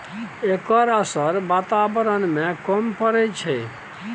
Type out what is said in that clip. एकर असर बाताबरण में कम परय छै